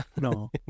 No